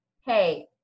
Hey